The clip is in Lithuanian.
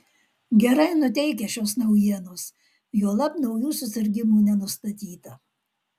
gerai nuteikia šios naujienos juolab naujų susirgimų nenustatyta